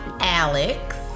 Alex